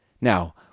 Now